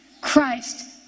Christ